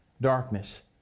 darkness